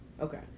Okay